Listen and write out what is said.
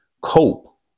cope